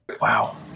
Wow